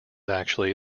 actually